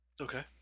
Okay